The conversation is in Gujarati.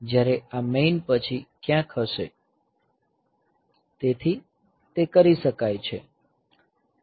જ્યારે આ MAIN પછી ક્યાંક હશે તેથી તે કરી શકાય છે